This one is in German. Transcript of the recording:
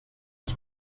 ich